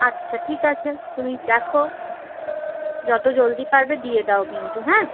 আচ্ছা ঠিক আছে তুমি দেখো যত জলদি পারবে দিয়ে দাও কিন্তু হ্যাঁ